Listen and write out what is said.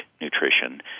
nutrition